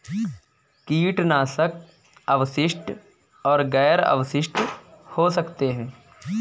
कीटनाशक अवशिष्ट और गैर अवशिष्ट हो सकते हैं